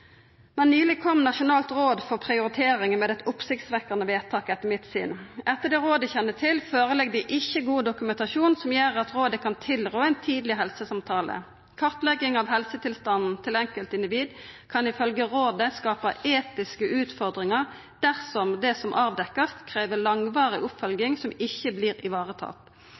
Men nyleg kom Nasjonalt råd for kvalitet og prioritering i helse- og omsorgstjenesten med eit oppsiktsvekkjande vedtak, etter mitt syn. Etter det rådet kjenner til, føreligg det ikkje god dokumentasjon som gjer at rådet kan tilrå ein tidleg helsesamtale. Kartlegging av helsetilstanden til enkeltindivid kan ifølgje rådet skapa etiske utfordringar dersom det som vert avdekt, krev langvarig oppfølging som ikkje